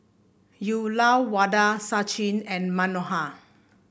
Uyyalawada Sachin and Manohar